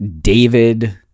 David